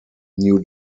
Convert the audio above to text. new